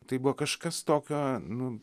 tai buvo kažkas tokio nu